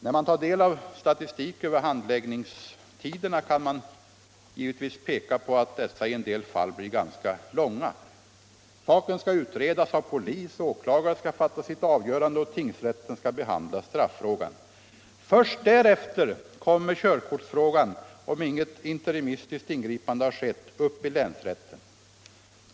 När man tar del av statistik över handläggningstiderna kan man givetvis peka på att dessa i en del fall blir ganska långa. Saken skall utredas av polis, åklagare skall fatta sitt avgörande och tingsrätten skall behandla straffrågan. Först därefter kommer körkortsfrågan — om inget interimistiskt ingripande har skett — upp i länsrätten.